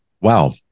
wow